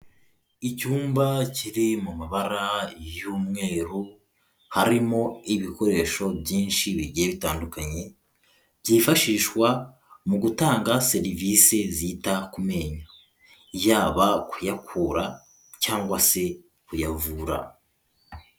Icyumba kiri mu mabara y'umweru, harimo ibikoresho byinshi bigiye bitandukanye, byifashishwa mu gutanga serivisi zita ku menyo, yaba kuyakura cyangwa se kuyavura.